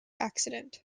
accident